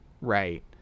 right